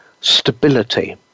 stability